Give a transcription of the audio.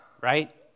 right